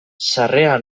sarrera